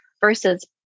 versus